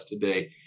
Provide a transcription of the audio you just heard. today